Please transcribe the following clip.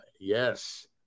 Yes